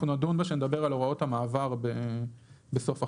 אנחנו נדון בה כשנדבר על הוראות המעבר בסוף החוק.